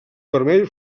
vermell